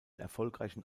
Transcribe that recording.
erfolgreichen